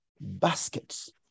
baskets